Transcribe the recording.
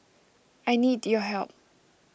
I need your help